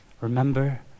Remember